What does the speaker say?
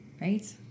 right